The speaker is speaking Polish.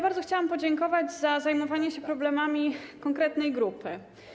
Bardzo chciałam podziękować za zajmowanie się problemami konkretnej grupy.